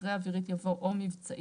אחרי "אווירית" יבוא "או מבצעית".